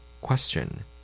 Question